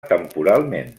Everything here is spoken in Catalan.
temporalment